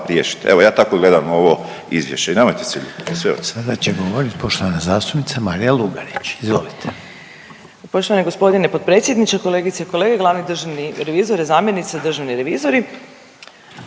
riješiti. Evo ja tako gledam ovo izvješće i nemojte se ljutit. **Reiner, Željko (HDZ)** Sada će govorit poštovana zastupnica Marija Lugarić. Izvolite. **Lugarić, Marija (SDP)** Poštovani gospodine potpredsjedniče, kolegice i kolege, glavni državni revizori, zamjenice državni revizori,